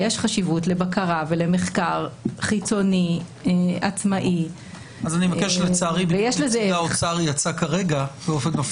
יש חשיבות לבקרה ולמחקר חיצוני עצמאי ויש לזה